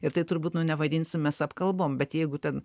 ir tai turbūt nu nevadinsim mes apkalbom bet jeigu ten